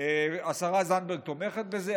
השרה זנדברג תומכת בזה.